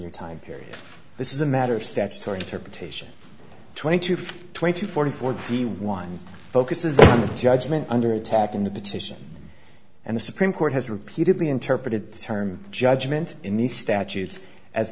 ar time period this is a matter of statutory interpretation twenty two twenty forty forty one focuses the judgment under attack in the petition and the supreme court has repeatedly interpreted term judgement in the statutes a